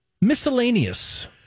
miscellaneous